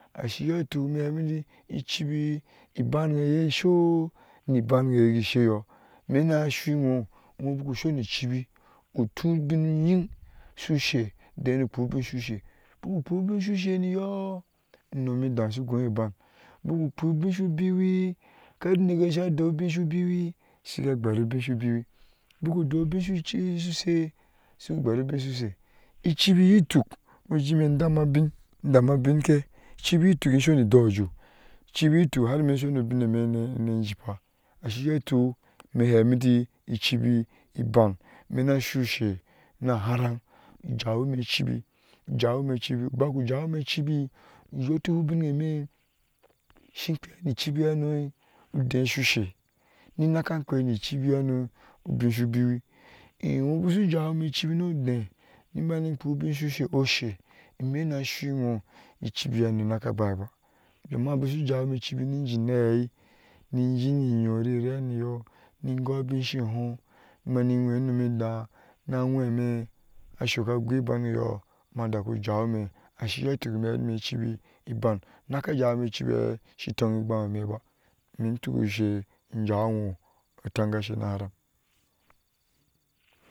Ashi yoo ituk ime hei icibi ibangeye gi sheyo ime na ashuui eno no buku shonu icibi utub ubin unyin, shushe udɛɛ nu kpuu ubin shushe, ubaku kpuu ubin shushe niyo, unom daa ushu gɔɔn ibang bmku kpii ubig shu bwoi ker uneke ye sha doi ubin shu biwi, shuku gber ubin shu biwi buku doi ubin shu she shu gber ubin shu shɛɛ, icibi yi tuk no jime ndan abiŋ in dam abinke icibi iyo ituk in shoni idɔɔ ajɔɔ icibi iyo iuk in shine ejifa ashiyoo ituk ime heti icibi iban ime na shu ushe na haran na jawi imecibi yotihi ubineme shin kpii ni icibi hano udɛɛ shushe ni nake kpei ni icibi hano usin shu biwi eeŋo bishu jaw ine icibi hano nu odee ni bani kpuu ubin shushe oshe ime na shuu eno icibi hano i naka bai ba ana busu jawi ine icibi ni jiin a hɛɛe ni jiin eno rirennyo ni ghoi abin she hoo, nibani nwe unom edaa na a nwemee a shoka ghui ibane yo, ma dakujawi ma ashiyo utuk me heri ima icibi iban naka jawi me icibi shi toni igbam neme ba metuk ushe in jawi ŋo atangashe na hara.